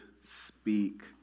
speak